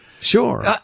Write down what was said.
Sure